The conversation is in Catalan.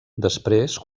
després